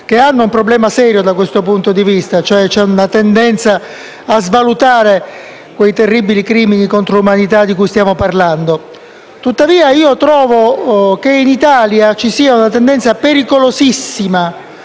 che hanno un problema serio da questo punto di vista: c'è una tendenza a svalutare quei terribili crimini contro l'umanità di cui stiamo parlando. Tuttavia, trovo che in Italia ci sia una tendenza pericolosissima